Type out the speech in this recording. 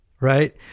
right